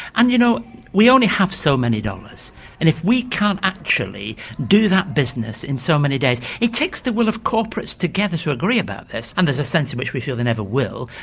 and you know we only have so many dollars and if we can't actually do that business in so many days, it takes the will of corporates together to agree about this and there's a sense in which we feel they never will.